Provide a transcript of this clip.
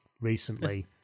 recently